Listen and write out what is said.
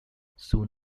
soon